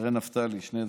תראה, נפתלי, שני דברים: